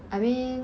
I mean